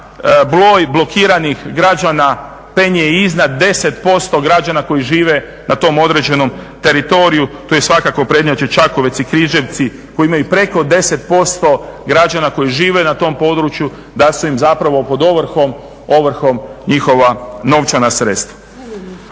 broj blokiranih građana penje iznad 10% građana koji žive na tom određenom teritoriju. Tu svakako prednjače Čakovec i Križevci koji imaju preko 10% građana koji žive na tom području, da su im zapravo pod ovrhom njihova novčana sredstva.